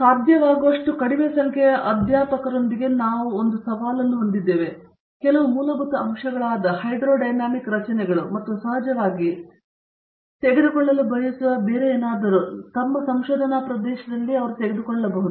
ಸಾಧ್ಯವಾಗುವಷ್ಟು ಕಡಿಮೆ ಸಂಖ್ಯೆಯ ಅಧ್ಯಾಪಕರೊಂದಿಗೆ ನಾವು ಒಂದು ಸವಾಲನ್ನು ಹೊಂದಿದ್ದೇವೆ ಅವರು ಕೆಲವು ಮೂಲಭೂತ ಅಂಶಗಳಾದ ಹೈಡ್ರೊಡೈನಾಮಿಕ್ ರಚನೆಗಳು ಮತ್ತು ಸಹಜವಾಗಿ ತೆಗೆದುಕೊಳ್ಳಲು ಬಯಸುವ ಬೇರೆ ಏನಾದರೂ ತಮ್ಮ ಸಂಶೋಧನಾ ಪ್ರದೇಶಗಳಲ್ಲಿ ತೆಗೆದುಕೊಳ್ಳಬಹುದು